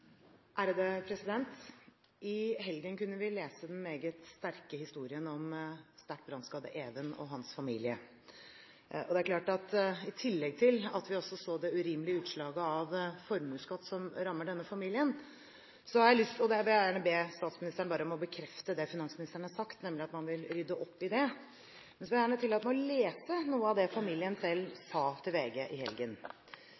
I helgen kunne vi lese den meget sterke historien om sterkt brannskadde Even og hans familie. Det er klart at vi i tillegg også så det urimelige utslaget av formueskatt som rammer denne familien, og jeg vil gjerne be statsministeren om å bekrefte det finansministeren har sagt, nemlig at man vil rydde opp i det. Så vil jeg gjerne tillate meg å lese noe av det familien